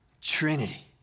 trinity